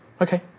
Okay